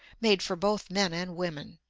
made for both men and women.